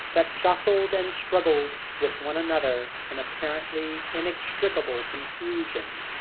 that jostled and struggled with one another in apparently inextricable confusion.